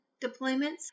deployments